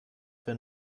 wenn